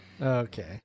Okay